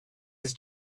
his